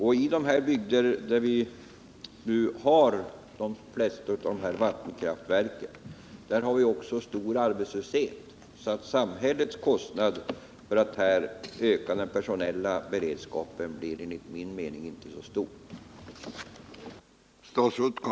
Och i de bygder där vi har de flesta vattenkraftverken, där har vi också stor arbetslöshet. Det innebär att samhällets kostnader för att här höja den personella beredskapen inte blir så stora.